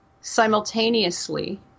simultaneously